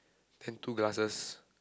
then two glasses